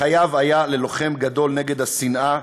בחייו היה ללוחם גדול נגד השנאה